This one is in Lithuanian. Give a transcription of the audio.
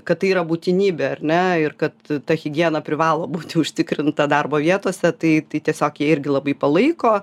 kad tai yra būtinybė ar ne ir kad ta higiena privalo būti užtikrinta darbo vietose tai tai tiesiog jie irgi labai palaiko